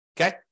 Okay